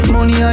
Money